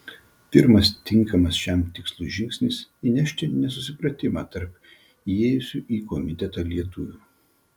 pirmas tinkamas šiam tikslui žingsnis įnešti nesusipratimą tarp įėjusių į komitetą lietuvių